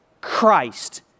Christ